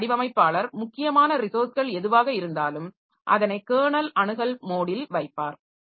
OS வடிவமைப்பாளர் முக்கியமான ரிசோர்ஸ்கள் எதுவாக இருந்தாலும் அதனை கெர்னல் அணுகல் மோடில் வைப்பார்